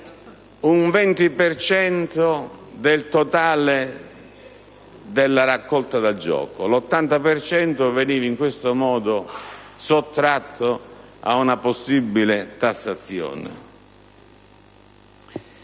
cento del totale della raccolta da gioco. L'80 per cento veniva in questo modo sottratto ad una possibile tassazione.